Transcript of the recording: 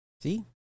See